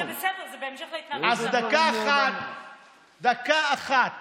אז דקה אחת